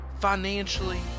financially